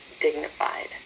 dignified